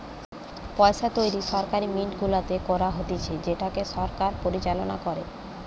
পইসা তৈরী সরকারি মিন্ট গুলাতে করা হতিছে যেটাকে সরকার পরিচালনা করে